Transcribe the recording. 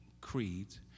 creeds